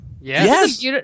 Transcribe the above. Yes